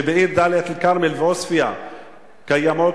שבערים דאלית-אל-כרמל ועוספיא קיימות